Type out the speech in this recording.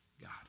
God